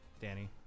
Danny